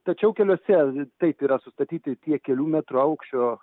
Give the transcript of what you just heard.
tačiau keliose taip yra sustatyti tie kelių metrų aukščio